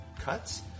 cuts